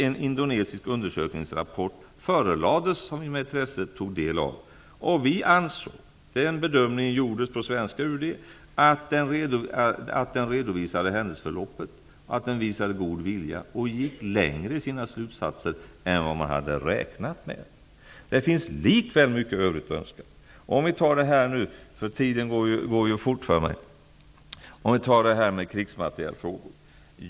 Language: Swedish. En indonesisk undersökningsrapport förelades, och vi tog med intresse del av den. Svenska UD gjorde bedömningen att rapporten redovisade händelseförloppet, visade god vilja och gick längre i sina slutsatser än vad man hade räknat med. Det finns likväl mycket övrigt att önska. Vi har frågorna om krigsmateriel.